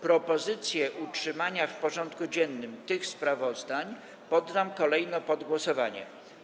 Propozycje utrzymania w porządku dziennym tych sprawozdań poddam kolejno pod głosowanie.